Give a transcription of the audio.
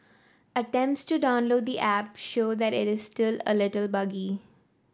attempts to download the app show that it is still a little buggy